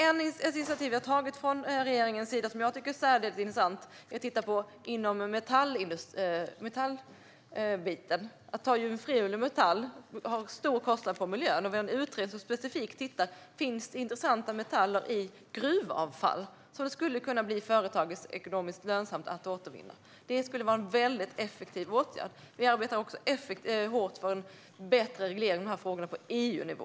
Ett initiativ som vi har tagit från regeringens sida som jag tycker är särskilt intressant är att titta på metallhanteringen. Att använda jungfrulig metall innebär en stor kostnad för miljön, och vi har en utredning som specifikt tittar på om det finns intressanta metaller i gruvavfall som det skulle kunna bli ekonomiskt lönsamt för företag att återvinna. Det skulle vara en väldigt effektiv åtgärd. Vi arbetar också hårt för en bättre reglering av de här frågorna på EU-nivå.